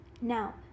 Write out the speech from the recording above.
Now